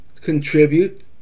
contribute